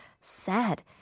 sad